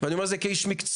ואני אומר את זה כאיש מקצוע,